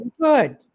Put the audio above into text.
Good